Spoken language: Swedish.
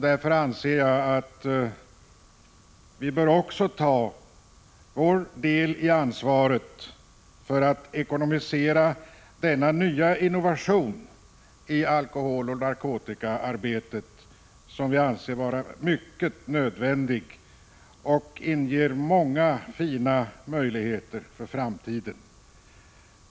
Därför anser jag att vi också bör ta vår del av ansvaret för att ekonomisera denna nya innovation i alkoholoch narkotikaarbetet, som vi anser vara mycket nödvändig och som ger många fina möjligheter för framtiden.